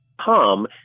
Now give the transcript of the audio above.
come